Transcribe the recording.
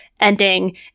ending